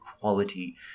quality